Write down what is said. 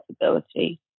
possibility